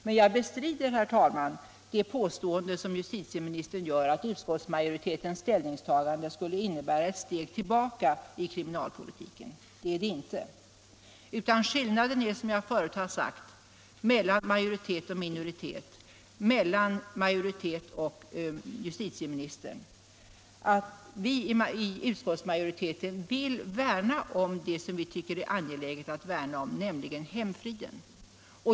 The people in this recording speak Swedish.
Men jag bestrider, herr talman, det påstående som justitieministern gör, att utskottsma 199 joritetens ställningstagande skulle innebära ett steg tillbaka i kriminalpolitiken. Det är det inte. Som jag förut har sagt är skillnaden mellan majoritet och minoritet, mellan majoritet och justitieminister, att vi i utskottsmajoriteten vill värna om det som vi tycker är angeläget att värna om, nämligen hemfriden.